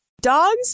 Dogs